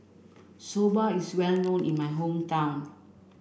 Soba is well known in my hometown